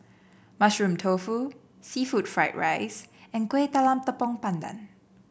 Mushroom Tofu seafood Fried Rice and Kuih Talam Tepong Pandan